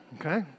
okay